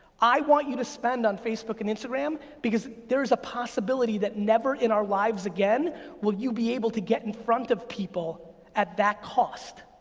i want you to spend on facebook and instagram, because there's a possibility that never in our lives again will you be able to get in front of people at that cost.